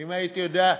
אם הייתי יודע,